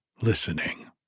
listening